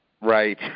Right